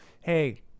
hey